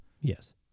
Yes